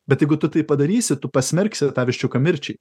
bet jeigu tu tai padarysi tu pasmerksi tą viščiuką mirčiai